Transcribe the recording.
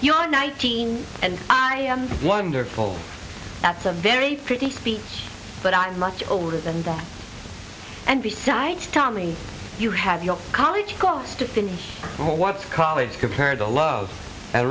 are nineteen and i am wonderful that's a very pretty speech but i'm much older than that and besides tommy you have your college course to think what college compared to love and